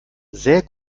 sehr